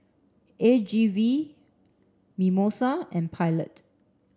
A G V Mimosa and Pilot